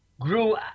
grew